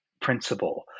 principle